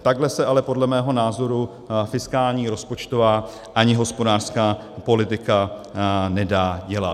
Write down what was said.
Takhle se ale podle mého názoru fiskální rozpočtová ani hospodářská politika nedá dělat.